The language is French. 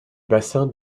bassin